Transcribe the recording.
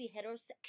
heterosexual